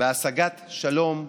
בהשגת שלום בתוכנו.